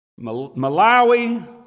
Malawi